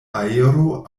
aero